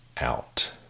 out